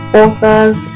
authors